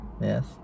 Yes